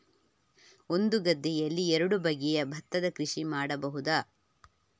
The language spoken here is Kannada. ಒಂದು ಗದ್ದೆಯಲ್ಲಿ ಎರಡು ಬಗೆಯ ಭತ್ತದ ಕೃಷಿ ಮಾಡಬಹುದಾ?